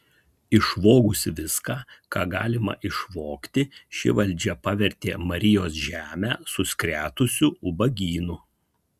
išvogusi viską ką galima išvogti ši valdžia pavertė marijos žemę suskretusiu ubagynu